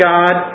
God